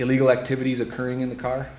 illegal activities occurring in the car